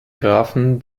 grafen